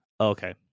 Okay